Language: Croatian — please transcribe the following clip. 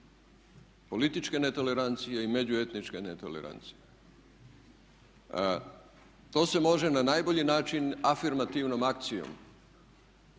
Političke netolerancije i međuetničke netolerancije to se može na najbolji način afirmativnom akcijom